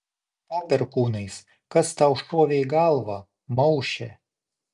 po perkūnais kas tau šovė į galvą mauše